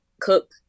cook